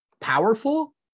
powerful